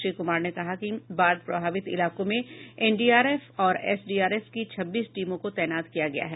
श्री कुमार ने कहा कि बाढ़ प्रभावित इलाकों में एनडीआरएफ और एसडीआरएफ की छब्बीस टीमों को तैनात किया गया है